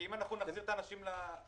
כי אם אנחנו נחזיר את האנשים לעבודה,